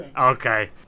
Okay